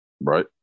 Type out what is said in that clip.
Right